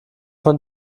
von